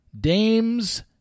Dame's